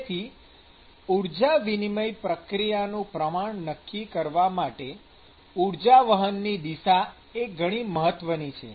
તેથી ઊર્જા વિનિમય પ્રક્રિયાનું પ્રમાણ નક્કી કરવા માટે ઊર્જાવહન ની દિશા એ ઘણી મહત્વની છે